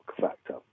factor